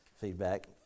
feedback